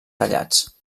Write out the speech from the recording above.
tallats